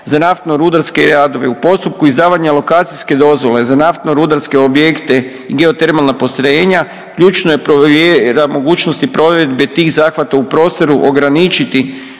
za naftno-rudarske radove u postupku izdavanja alokacijske dozvole za naftno-rudarske objekte i geotermalna postrojenja ključno je provjera, mogućnosti provedbe tih zahvata u prostoru ograničiti